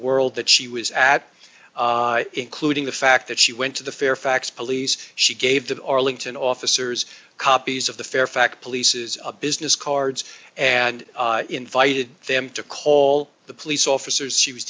world that she was at including the fact that she went to the fairfax police she gave the arlington officers copies of the fairfax police's a business cards and invited them to call the police officers she was